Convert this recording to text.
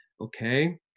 okay